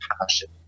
passion